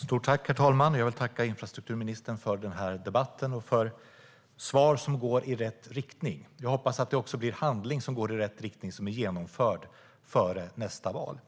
Herr talman! Jag vill tacka infrastrukturministern för debatten och för svar som går i rätt riktning. Jag hoppas att det också blir handling som går i rätt riktning som är genomförd före nästa val.